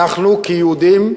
אנחנו כיהודים,